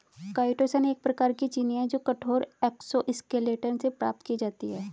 chitosan एक प्रकार की चीनी है जो कठोर एक्सोस्केलेटन से प्राप्त की जाती है